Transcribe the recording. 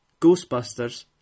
Ghostbusters